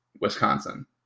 Wisconsin